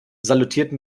salutierten